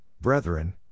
brethren